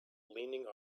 leaning